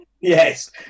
Yes